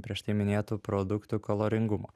prieš tai minėtų produktų kaloringumo